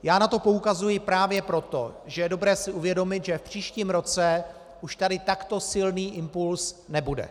Já na to poukazuji právě proto, že je dobré si uvědomit, že v příštím roce už tady takto silný impuls nebude.